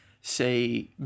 say